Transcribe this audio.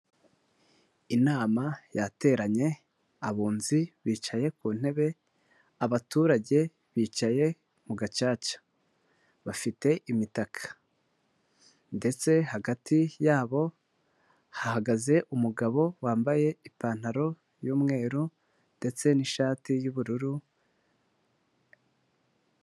Inama yateranye, abunzi bicaye ku ntebe, abaturage bicaye mu gacaca. Bafite imitaka. Ndetse hagati yabo hahagaze umugabo wambaye ipantaro y'umweru ndetse n'ishati y'ubururu.